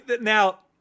Now